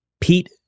Pete